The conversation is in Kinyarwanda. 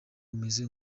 umeze